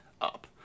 up